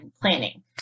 planning